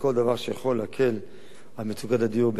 וכל דבר שיכול להקל את מצוקת הדיור,